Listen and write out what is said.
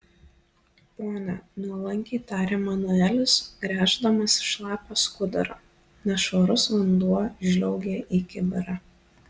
pone nuolankiai tarė manuelis gręždamas šlapią skudurą nešvarus vanduo žliaugė į kibirą